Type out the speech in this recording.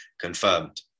confirmed